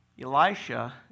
Elisha